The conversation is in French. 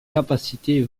capacités